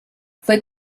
fue